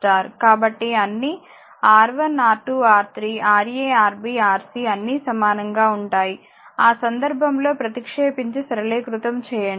కాబట్టి అన్నీ R1R2R3 RaRb Rc అన్నీ సమానంగా ఉంటాయి ఆ సందర్భంలో ప్రతిక్షేపించి సరళీకృతం చేయండి